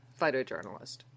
photojournalist